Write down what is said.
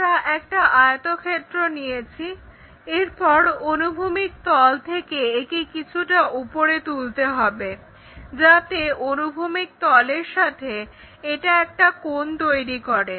আমরা একটা আয়তক্ষেত্র নিয়েছি এরপর অনুভূমিক তল থেকে একে কিছুটা উপরে তুলতে হবে যাতে অনুভূমিক তলের সাথে এটা একটা কোণ তৈরি করে